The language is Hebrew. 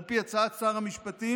על פי הצעת שר המשפטים